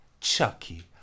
chucky